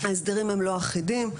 ההסדרים לא אחידים,